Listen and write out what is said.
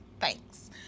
Thanks